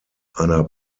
einer